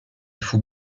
faut